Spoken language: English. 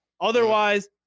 Otherwise